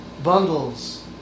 Bundles